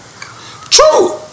True